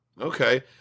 Okay